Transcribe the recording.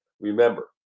Remember